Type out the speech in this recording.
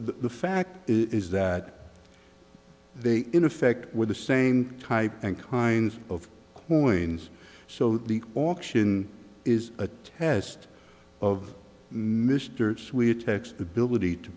the fact is that they in effect were the same type and kinds of koans so the auction is a test of mr sweet text ability to